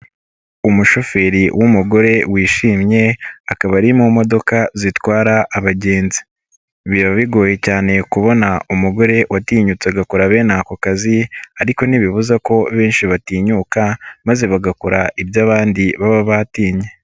Umushoferi w'umugore wishimye, akaba ari mu modoka zitwara abagenzi. Biba bigoye cyane kubona umugore watinyutse agakora bene ako kazi ariko ntibibuza ko benshi batinyuka maze bagakora ibyo abandi baba batinye.